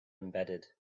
embedded